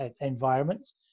environments